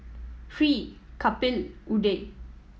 Hri Kapil Udai